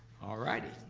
alrighty.